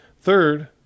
Third